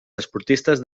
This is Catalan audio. esportistes